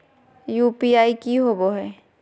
UPI की होवे हय?